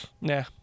Nah